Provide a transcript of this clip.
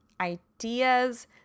ideas